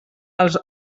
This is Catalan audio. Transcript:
els